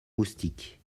moustiques